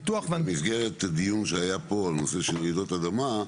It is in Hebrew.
במסגרת הדיון שהיה פה בנושא של רעידות אדמה,